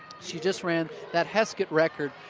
she just ran that heskett record,